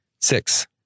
Six